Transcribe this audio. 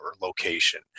location